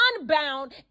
unbound